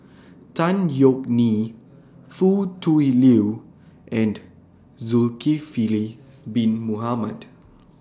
Tan Yeok Nee Foo Tui Liew and Zulkifli Bin Mohamed